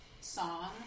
song